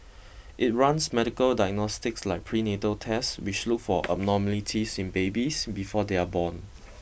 it runs medical diagnostics like prenatal test which look for abnormalities in babies before they are born